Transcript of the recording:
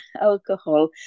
alcohol